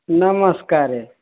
ନମସ୍କାର